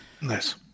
Nice